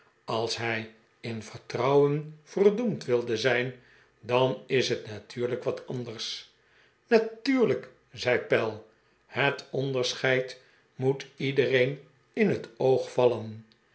als hij in vertrouwen verdoemd wilde zijn dan is het natuurlijk wat anders natuurlijk zei pell het onderscheid moet iedereen in het oog vallen